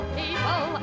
people